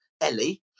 Ellie